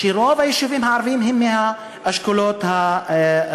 שכן רוב היישובים הערביים הם באשכולות הנמוכים.